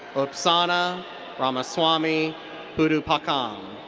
upasana ramaswamy pudupakkam.